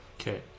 Okay